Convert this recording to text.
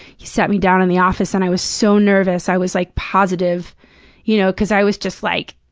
he sat me down in the office and i was so nervous. i was, like, positive you know cause i was just, like.